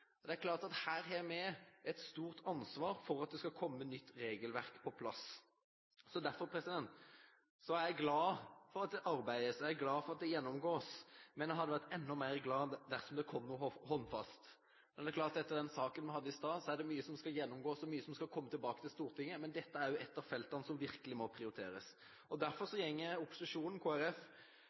det. Det er klart at vi her har et stort ansvar for at det skal komme nytt regelverk på plass. Derfor er jeg glad for at det arbeides, jeg er glad for at det gjennomgås, men jeg hadde vært enda mer glad dersom det kom noe håndfast. Det er klart at etter den saken vi hadde i stad, er det mye som skal gjennomgås, og mye som skal tilbake til Stortinget, men dette er et av feltene som virkelig må prioriteres. Derfor går opposisjonen, Kristelig Folkeparti, Høyre og